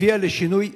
הביאה לשינוי דרמטי,